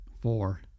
four